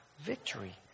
victory